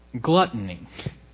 Gluttony